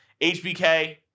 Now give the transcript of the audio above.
HBK